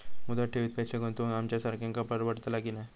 मुदत ठेवीत पैसे गुंतवक आमच्यासारख्यांका परवडतला की नाय?